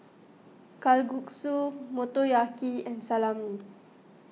Kalguksu Motoyaki and Salami